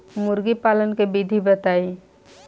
मुर्गी पालन के विधि बताई?